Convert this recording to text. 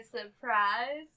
surprise